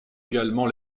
également